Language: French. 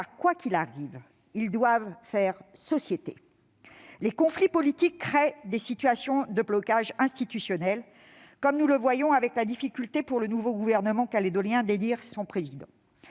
car, quoi qu'il arrive, ils doivent faire société. Les conflits politiques créent des situations de blocage institutionnel, comme nous le voyons avec la difficulté pour le nouveau Gouvernement calédonien d'élire son président.